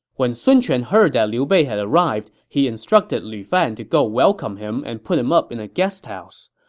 when sun quan heard that liu bei had arrived, he instructed lu fan to go welcome him and put him up in a guest house.